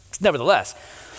nevertheless